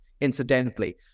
incidentally